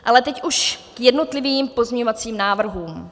Ale teď už k jednotlivým pozměňovacím návrhům.